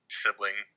sibling